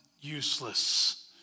useless